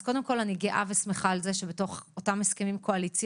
אז קודם כול אני גאה ושמחה על כך שבתוך אותם הסכמים קואליציוניים